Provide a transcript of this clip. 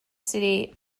city